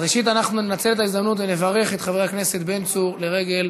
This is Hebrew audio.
אז ראשית אנחנו ננצל את ההזדמנות ונברך את חבר הכנסת בן צור לרגל